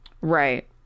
Right